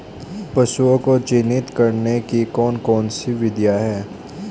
पशुओं को चिन्हित करने की कौन कौन सी विधियां हैं?